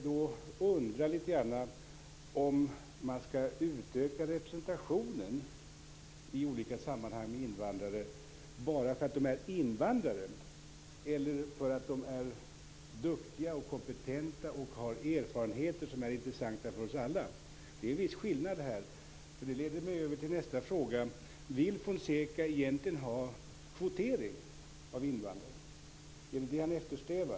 Jag undrar om man i olika sammanhang skall utöka representationen av invandrare bara därför att det rör sig om invandrare. Eller skall man göra det därför att det handlar om personer som är duktiga och kompetenta och som har erfarenheter som är intressanta för oss alla? Det finns en viss skillnad där. Detta leder mig över till nästa fråga: Vill Juan Fonseca egentligen ha kvotering av invandrare? Är det vad Juan Fonseca eftersträvar?